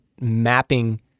mapping